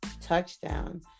touchdown